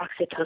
oxytocin